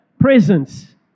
presence